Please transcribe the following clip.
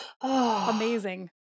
amazing